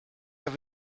have